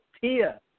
Tia